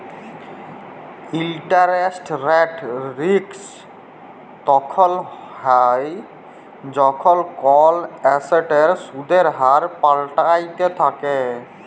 interest rate risk তখল হ্যয় যখল কল এসেটের সুদের হার পাল্টাইতে থ্যাকে